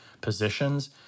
positions